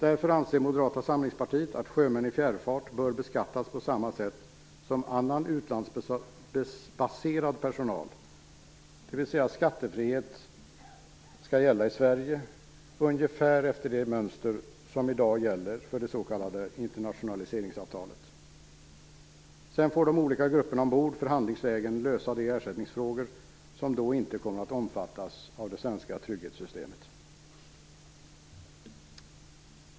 Därför anser Moderata samlingspartiet att sjömän i fjärrfart bör beskattas på samma sätt som annan utlandsbaserad personal, dvs. skattefrihet skall gälla i Sverige ungefär efter det mönster som i dag gäller för det s.k. internationaliseringsavtalet. Sedan får de olika grupperna ombord förhandlingsvägen lösa de ersättningsfrågor som då inte kommer att omfattas av det svenska trygghetssystemet.